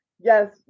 yes